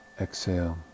exhale